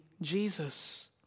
Jesus